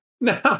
now